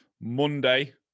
Monday